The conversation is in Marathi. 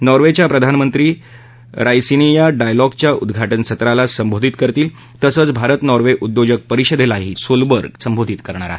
नॉर्वेच्या प्रधानमंत्री राईसिनिया डायलॉगच्या उदघाटनसत्राला संबोधित करतील तसंच भारत नॉर्वे उद्योजक परिषदेलाही संबोधित करतील